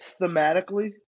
thematically